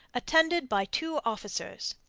attended by two officers.